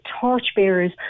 torchbearers